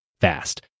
fast